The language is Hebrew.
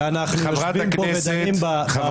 אנחנו נכנסים עכשיו לחג החירות ולחגי